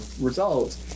results